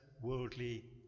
Worldly